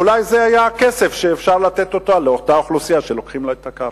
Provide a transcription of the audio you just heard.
אולי זה יהיה הכסף שאפשר לתת לאותה אוכלוסייה שלוקחים לה את הקרקע.